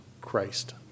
Christ